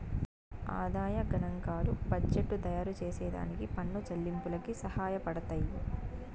ఆదాయ గనాంకాలు బడ్జెట్టు తయారుచేసే దానికి పన్ను చెల్లింపులకి సహాయపడతయ్యి